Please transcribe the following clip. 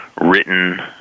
written